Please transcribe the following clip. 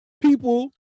people